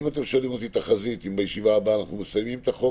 אם אתם שואלים אותי האם בישיבה הבאה נסיים את החוק,